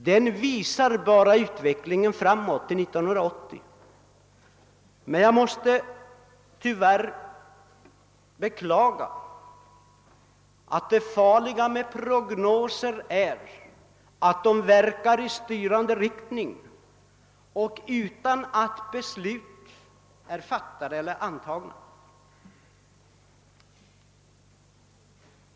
Denna utredning visar utvecklingen fram till år 1980, men jag måste beklaga att det farliga med prognoser är att de verkar styrande utan att beslut fattats.